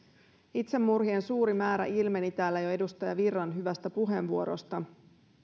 itsemurhien suuri määrä ilmeni täällä jo edustaja virran hyvästä puheenvuorosta